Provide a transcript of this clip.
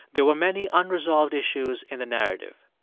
there were many unresolved issues in the narrative.